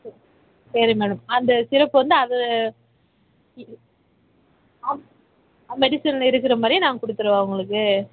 சே சரி மேடம் அந்த சிரப்பு வந்து அது மெடிசனில் இருக்கிற மாதிரியே நான் கொடுத்துறவா உங்களுக்கு